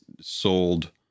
sold